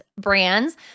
brands